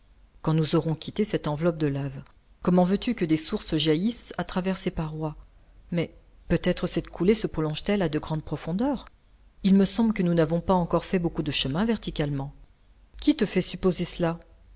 quand nous aurons quitté cette enveloppe de lave comment veux-tu que des sources jaillissent à travers ces parois mais peut-être cette coulée se prolonge t elle à de grandes profondeurs il me semble que nous n'avons pas encore fait beaucoup de chemin verticalement qui te fait supposer cela